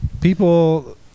People